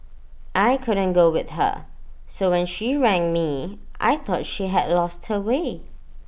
I couldn't go with her so when she rang me I thought she had lost her way